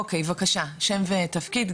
אוקי בבקשה, שם ותפקיד,